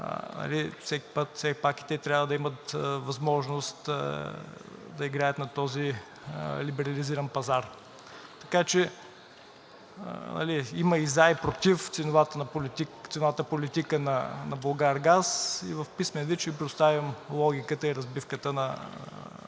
все пак и те трябва да имат възможност да играят на този либерализиран пазар. Така че има и за, и против ценовата политика на „Булгаргаз“. В писмен вид ще Ви предоставим логиката и разбивката на